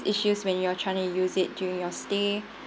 issues when you're trying to use it during your stay